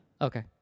Okay